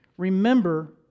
Remember